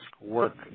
work